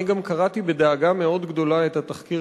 אני גם קראתי בדאגה מאוד גדולה את התחקיר